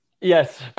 Yes